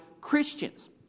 Christians